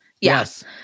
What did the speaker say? Yes